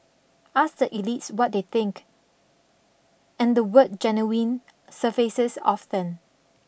ask the elites what they think and the word genuine surfaces often